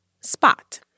Spot